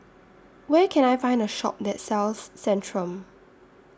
Where Can I Find A Shop that sells Centrum